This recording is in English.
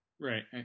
Right